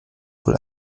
wohl